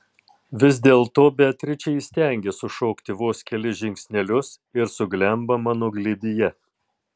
vis dėlto beatričė įstengia sušokti vos kelis žingsnelius ir suglemba mano glėbyje